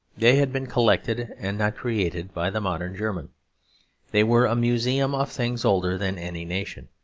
they had been collected and not created by the modern german they were a museum of things older than any nation,